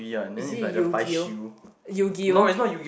is it yu-gi-oh